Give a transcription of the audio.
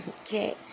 Okay